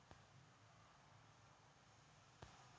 ఈ పెబుత్వం సలవవల్ల హైదరాబాదు వచ్చే ఆంధ్ర సచ్చె